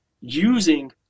using